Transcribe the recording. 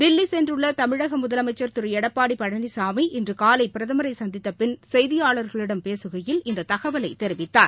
தில்லிசென்றுள்ளதமிழகமுதலமைச்சள் திருஎடப்பாடிபழனிசாமி இன்றுகாலைபிரதமரைசந்தித்தபின் செய்தியாளர்களிடம் பேசுகையில் இந்ததகவலைதெரிவித்தார்